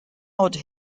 odd